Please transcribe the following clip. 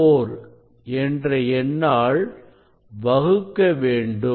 54 என்ற எண்ணால் வகுக்க வேண்டும்